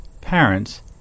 parents